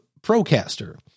Procaster